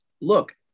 look